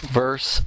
verse